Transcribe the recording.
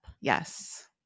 Yes